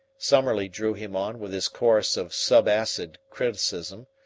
summerlee drew him on with his chorus of subacid criticism,